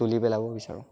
তুলি পেলাব বিচাৰোঁ